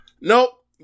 nope